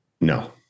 no